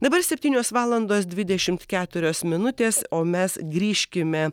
dabar septynios valandos dvidešimt keturios minutės o mes grįžkime